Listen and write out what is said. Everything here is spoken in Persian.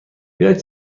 بیایید